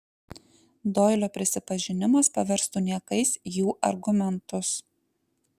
doilio prisipažinimas paverstų niekais jų argumentus